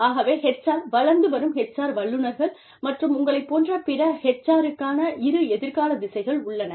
ஆகவே HR வளர்ந்து வரும் HR வல்லுனர்கள் மற்றும் உங்களைப் போன்ற பிற HR -க்கான இரு எதிர்கால திசைகள் உள்ளன